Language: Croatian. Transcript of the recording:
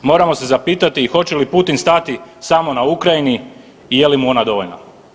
Moramo se zapitati i hoće li Putin stati samo na Ukrajini i je li mu ona dovoljna?